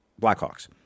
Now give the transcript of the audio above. Blackhawks